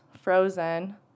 frozen